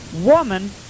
woman